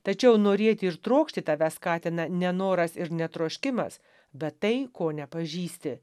tačiau norėti ir trokšti tave skatina nenoras ir ne troškimas bet tai ko nepažįsti